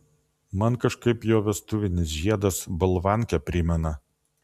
man kažkaip jo vestuvinis žiedas balvankę primena